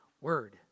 word